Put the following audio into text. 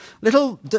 Little